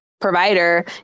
provider